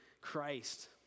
Christ